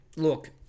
Look